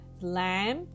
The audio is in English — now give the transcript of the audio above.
lamb